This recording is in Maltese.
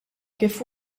kif